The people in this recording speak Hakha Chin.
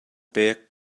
pek